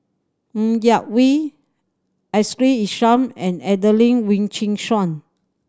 Ng Yak Whee Ashley Isham and Adelene Wee Chin Suan